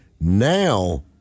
Now